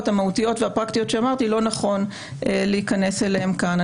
המהותיות והפרקטיות שאמרתי לא נכון להיכנס אליהם כאן.